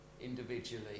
individually